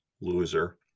loser